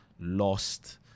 lost